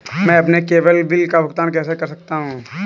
मैं अपने केवल बिल का भुगतान कैसे कर सकता हूँ?